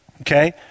Okay